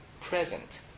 present